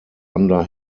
under